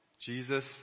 Jesus